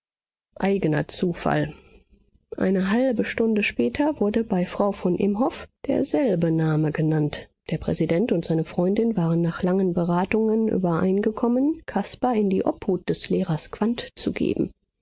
zufall eine halbe stunde später wurde bei frau von imhoff derselbe name genannt der präsident und seine freundin waren nach langen beratungen übereingekommen caspar in die obhut des lehrers quandt zu geben